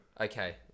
Okay